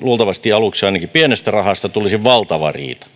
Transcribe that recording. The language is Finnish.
luultavasti ainakin aluksi suhteellisen pienestä rahasta tulisi valtava riita